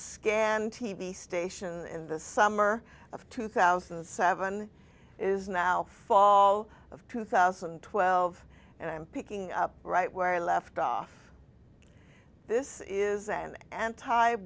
scan t v station in the summer of two thousand and seven is now fall of two thousand and twelve and i am picking up right where i left off this is an anti